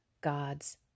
God's